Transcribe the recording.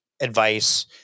advice